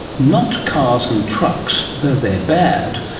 not cars and trucks, though they are bad,